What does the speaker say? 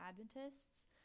Adventists